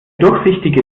durchsichtige